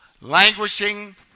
Languishing